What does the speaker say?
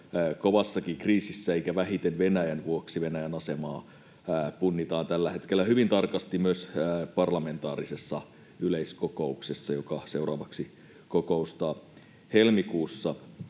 kovassakin kriisissä eikä vähiten Venäjän vuoksi. Venäjän asemaa punnitaan tällä hetkellä hyvin tarkasti myös parlamentaarisessa yleiskokouksessa, joka seuraavaksi kokoustaa helmikuussa.